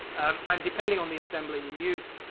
um depending on the assembler you use,